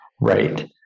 right